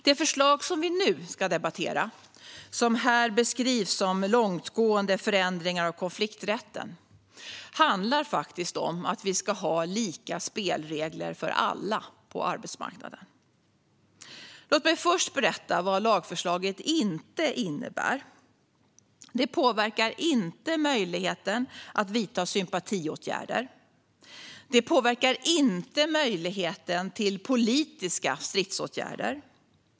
Det förslag som vi nu debatterar, som här beskrivs som långtgående förändringar av konflikträtten, handlar om att vi ska ha lika spelregler för alla på arbetsmarknaden. Låt mig först berätta vad lagförslaget inte innebär. Det påverkar inte möjligheten att vidta sympatiåtgärder. Det påverkar inte möjligheten till politiska stridsåtgärder.